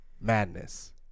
Madness